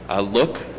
look